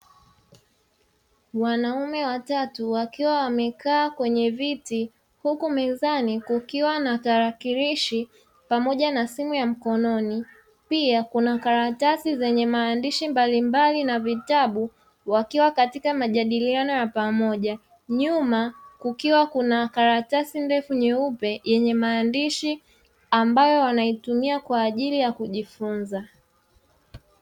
Wanaume watatu wakiwa wamekaa kwenye viti huku mezani kukiwa na tarakirishi pamoja na simu ya mkononi, pia kuna karatasi zenye maandishi mbalimbali na vitabu wakiwa katika majadiliano ya pamoja; nyuma kukiwa kuna karatasi ndefu nyeupe yenye maandishi ambayo wanaitumia kwa ajili ya kujifunza.